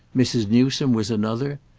mrs. newsome was another,